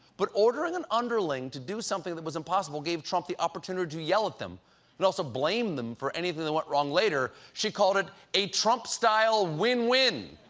but ordering an underling to do something that was impossible gave trump the opportunity to yell at them and also blame them for anything that went wrong later. she called it, a trump-style win-win.